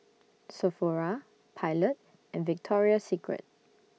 Sephora Pilot and Victoria Secret